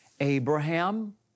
Abraham